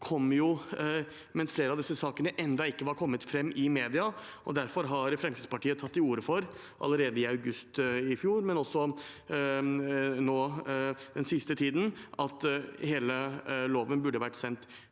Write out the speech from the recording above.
mens flere av disse sakene ennå ikke var kommet fram i media, og derfor har Fremskrittspartiet tatt til orde for – allerede i august i fjor, men også nå den siste tiden – at hele loven burde vært sendt